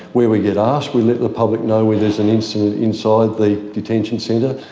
where we get asked, we let the public know when there's an incident inside the detention centre.